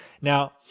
Now